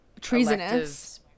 treasonous